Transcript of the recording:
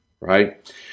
right